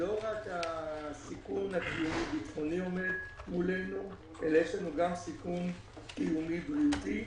לא רק הסיכון הביטחוני עומד מולנו אלא יש לנו גם סיכון קיומי בריאותי,